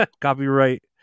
Copyright